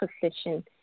position